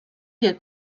wie